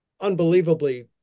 unbelievably